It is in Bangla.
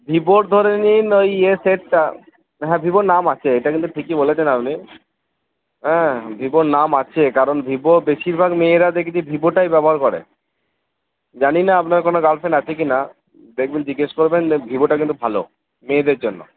ভিভোর ধরে নিন ওই ইয়ে সেটটা হ্যাঁ ভিভোর নাম আছে এটা কিন্তু ঠিকই বলেছেন আপনি হ্যাঁ ভিভোর নাম আছে কারণ ভিভো বেশীরভাগ মেয়েরা দেখেছি ভিভোটাই ব্যবহার করে জানি না আপনার কোনো গার্লফ্রেন্ড আছে কিনা দেখবেন জিজ্ঞেস করবেন দেখবেন ভিভোটা কিন্তু ভালো মেয়েদের জন্য